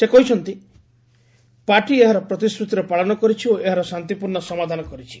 ସେ କହିଛନ୍ତି ପାର୍ଟି ଏହାର ପ୍ରତିଶ୍ରୁତିର ପାଳନ କରିଛି ଓ ଏହାର ଶାନ୍ତିପୂର୍ଣ୍ଣ ସମାଧାନ କରିଛି